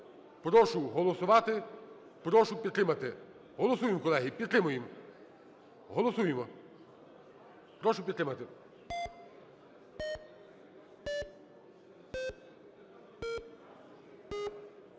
Прошу голосувати, прошу підтримати. Голосуємо, колеги, підтримуємо. Голосуємо. Прошу підтримати.